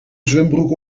zwembroek